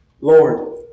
Lord